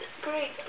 great